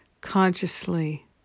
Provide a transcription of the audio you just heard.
consciously